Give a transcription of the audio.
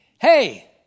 Hey